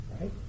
Right